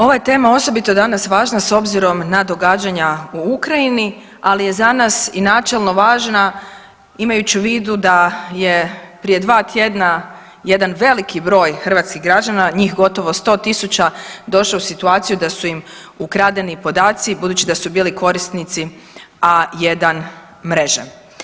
Ova je tema osobito danas važna s obzirom na događanja u Ukrajini, ali je za nas i načelno važna imajući u vidu da je prije dva tjedna jedan veliki broj hrvatskih građana, njih gotovo sto tisuća došao u situaciju da su im ukradeni podaci budući da su bili korisnici A1 mreže.